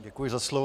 Děkuji za slovo.